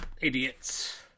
idiots